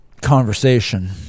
conversation